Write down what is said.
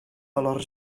valor